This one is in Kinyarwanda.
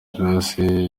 grace